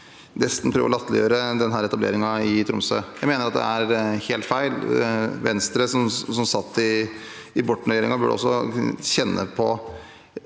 nesten å latterliggjøre denne etableringen i Tromsø. Jeg mener det er helt feil. Venstre, som satt i Borten-regjeringen, burde også kjenne på